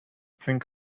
think